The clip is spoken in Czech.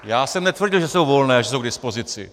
Já jsem netvrdil, že jsou volné a že jsou k dispozici.